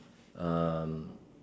um